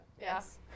Yes